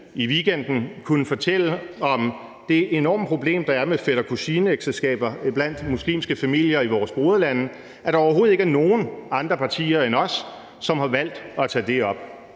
i weekenden kunne fortælle om det enorme problem, der er med fætter- og kusineægteskaber blandt muslimer i vores broderlande – er andre partier end os, som har valgt at tage det op.